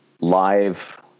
live